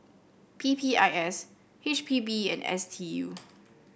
P P I S H P B and S T U